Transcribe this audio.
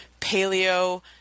paleo